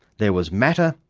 there was matter,